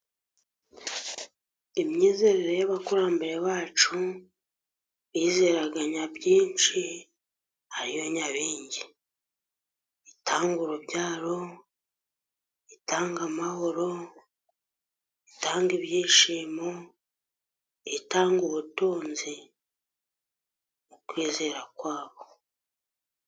Imyizerere y'abakurambere bacu bizeraga nyabyinshi, ariyo nyabingi itanga urubyaro itanga amahoro, itanga ibyishimo itanga ubutunzi mu kwizera kwabo.